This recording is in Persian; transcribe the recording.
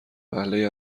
وهله